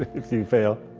if you fail.